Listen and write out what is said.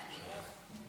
אדוני היושב-ראש.